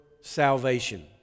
salvation